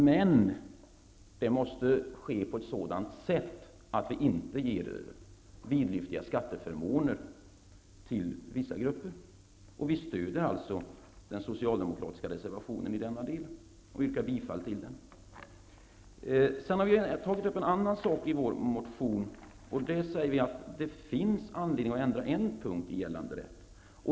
Men detta måste ske på ett sådant sätt att inte vidlyftiga skatteförmåner beviljas vissa grupper. Vi stödjer den socialdemokratiska reservationen i detta avseende och yrkar alltså bifall till denna. Vidare säger vi i vår motion att det finns anledning att ändra på en punkt i gällande rätt.